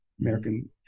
American